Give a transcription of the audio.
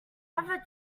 ever